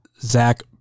Zach